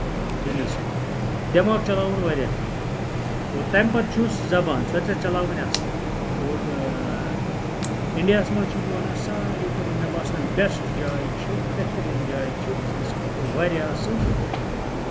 business سۭتۍ دٮ۪ماغ چلاوُن واریاہ تیز اور تَمہِ پَتہٕ چھُس زَبان سۄ تہِ چھَس چلاوٕنۍ اَصٕل اور اِنڈیاہَس منٛز چھُس بہٕ وَنان ساروے کھۄتہٕ مےٚ باسان بیسٹ جاے چھِ بہتریٖن جاے چھِ بِزنِس خٲطرٕ واریاہ اَصٕل